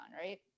right